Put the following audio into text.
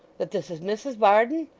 that this is mrs varden!